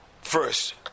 first